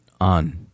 on